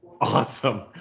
awesome